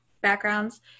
backgrounds